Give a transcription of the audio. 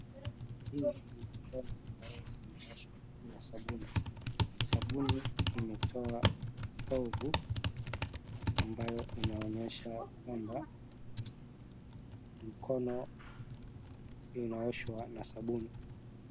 Hii ni mikono ambayo inaoshwa na sabuni. Sabuni imetoa povu ambayo inaonyesha kwamba mkono inaoshwa na sabuni.